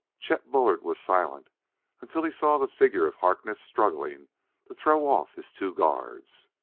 chet bullard was silent until he saw the figure of harkness struggling to throw off his two guards.